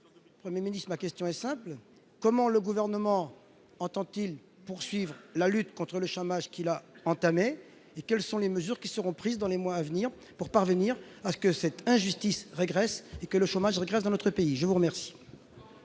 Premier ministre, ma question est simple : comment le Gouvernement entend-il poursuivre la lutte contre le chômage qu'il a entamée et quelles sont les mesures qui seront prises dans les mois à venir pour parvenir à ce que l'injustice que constitue le chômage régresse dans notre pays ? La parole